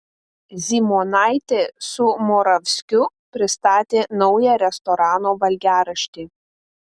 zymonaitė su moravskiu pristatė naują restorano valgiaraštį